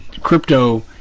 crypto